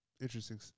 interesting